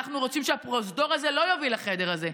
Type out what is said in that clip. אנחנו רוצים שהפרוזדור הזה לא יוביל לחדר הזה,